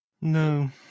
No